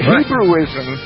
Hebrewism